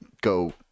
go